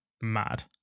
mad